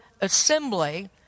assembly